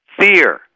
Fear